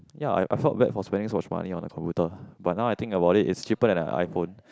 ya I I felt bad for spending so much money on a computer but now I think about it is cheaper than an iPhone